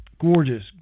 gorgeous